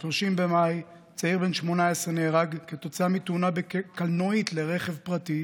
ב-30 במאי צעיר בן 18 נהרג כתוצאה מתאונה בין קלנועית לרכב פרטי